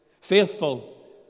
faithful